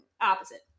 opposite